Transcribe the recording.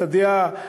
את הדעה,